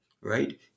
Right